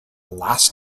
last